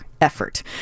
Effort